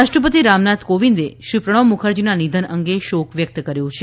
રાષ્ટ્રપતિ રામનાથ કોવિંદે શ્રી પ્રણવ મુખરજીના નિધન અંગે શોક વ્યક્ત કર્યો છે